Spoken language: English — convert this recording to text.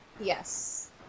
Yes